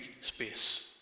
space